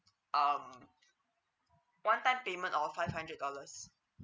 um one time payment of five hundred dollars